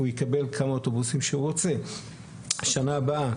הוא יקבל כמה אוטובוסים שהוא רוצה בשנה הבאה,